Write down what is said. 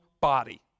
body